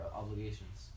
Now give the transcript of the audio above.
obligations